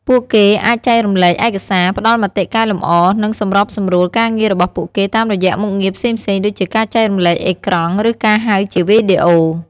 ពួកគេអាចចែករំលែកឯកសារ ផ្ដល់មតិកែលម្អ និងសម្របសម្រួលការងាររបស់ពួកគេតាមរយៈមុខងារផ្សេងៗដូចជាការចែករំលែកអេក្រង់ ឬការហៅជាវីដេអូ។